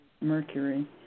Mercury